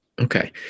Okay